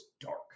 dark